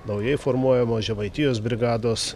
naujai formuojamo žemaitijos brigados